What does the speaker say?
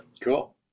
Cool